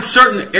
certain